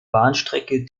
bahnstrecke